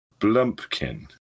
Blumpkin